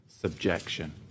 subjection